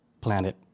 planet